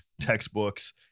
textbooks